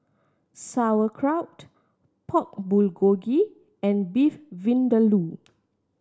Sauerkraut Pork Bulgogi and Beef Vindaloo